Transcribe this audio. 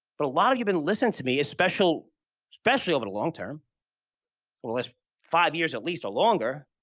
but a lot of you have been listening to me especially especially over the long term for the last five years at least or longer,